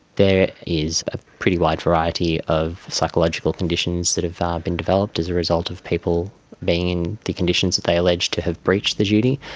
there is a pretty wide variety of psychological conditions that have ah been developed as a result of people being in the conditions that they alleged to have breached the duty,